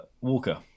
Walker